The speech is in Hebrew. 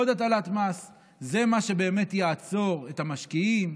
עוד הטלת מס זה מה שבאמת יעצור את המשקיעים?